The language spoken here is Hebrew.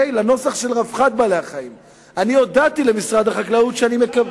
אני הודעתי למשרד החקלאות שאני מקבל,